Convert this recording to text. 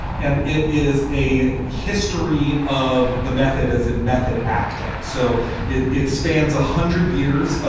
and it is a history of the method as in method acting. so it it spans a hundred years. ah